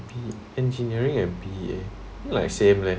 engineering and B_A like same leh